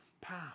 path